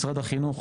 משרד החינוך